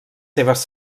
seves